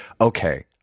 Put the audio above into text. okay –